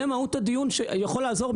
זו מהות הדיון שיכול לעזור,